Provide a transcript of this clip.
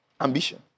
Ambition